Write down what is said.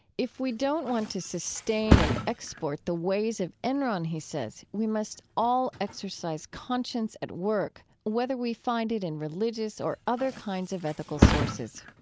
if we don't want to sustain and export the ways of enron, he says, we must all exercise conscience at work, whether we find it in religious or other kinds of ethical sources.